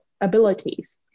abilities